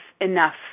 enough